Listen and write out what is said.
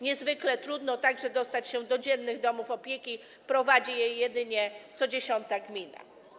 Niezwykle trudno także dostać się do dziennych domów opieki, prowadzi je jedynie co dziesiąta gmina.